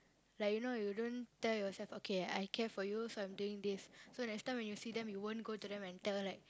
like you know you don't tell yourself okay I care for you so I'm doing this so next time when you see them you won't go to them like and tell like